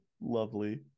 Lovely